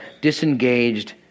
disengaged